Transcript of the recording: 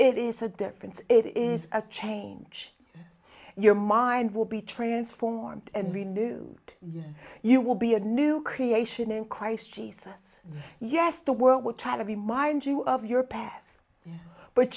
it is a difference it is a change your mind will be transformed and we knew it you will be a new creation in christ jesus yes the world will try to remind you of your past but